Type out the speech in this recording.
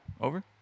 Over